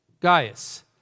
Gaius